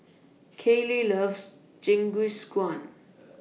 Kaley loves Jingisukan